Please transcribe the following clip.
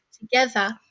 together